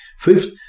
fifth